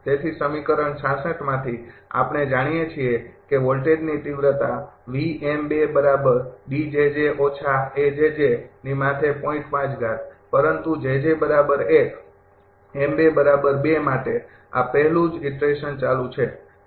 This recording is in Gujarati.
તેથી સમીકરણ ૬૬ માંથી આપણે જાણીએ છીએ કે વોલ્ટેજની તીવ્રતા પરંતુ માટે આ પહેલું જ ઈટરેશન ચાલુ છે